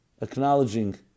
acknowledging